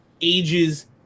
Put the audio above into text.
ages